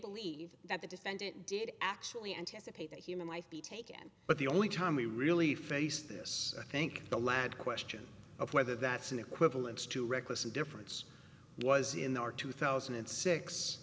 believe that the defendant did actually anticipate that human life be taken but the only time we really faced this i think the last question of whether that's an equivalence to reckless indifference was in there are two thousand and six